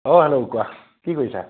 অঁ হেল্ল' কোৱা কি কৰিছা